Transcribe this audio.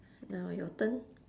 now your turn